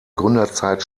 gründerzeit